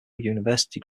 university